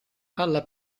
alla